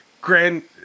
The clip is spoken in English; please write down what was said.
grand